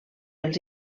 els